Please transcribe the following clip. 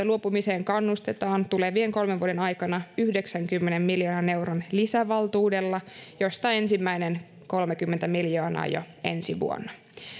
luopumiseen kannustetaan tulevien kolmen vuoden aikana yhdeksänkymmenen miljoonan euron lisävaltuudella josta ensimmäiset kolmekymmentä miljoonaa jo ensi vuonna